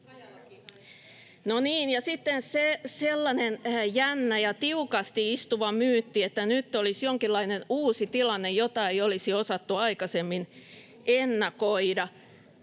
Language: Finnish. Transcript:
Sitten sellainen jännä ja tiukasti istuva myytti, että nyt olisi jonkinlainen uusi tilanne, jota ei olisi osattu aikaisemmin ennakoida: